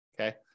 okay